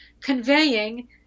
conveying